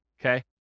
okay